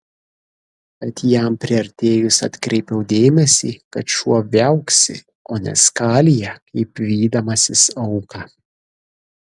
bet jam priartėjus atkreipiau dėmesį kad šuo viauksi o ne skalija kaip vydamasis auką